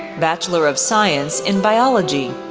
bachelor of science in biology.